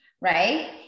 right